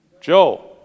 joe